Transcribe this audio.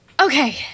Okay